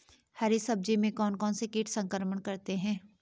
हरी सब्जी में कौन कौन से कीट संक्रमण करते हैं?